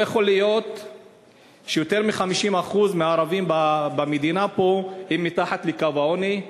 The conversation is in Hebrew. לא יכול להיות שיותר מ-50% מהערבים במדינה פה הם מתחת לקו העוני.